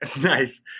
Nice